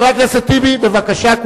חבר הכנסת טיבי, בבקשה.